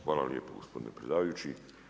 Hvala lijepo gospodine predsjedavajući.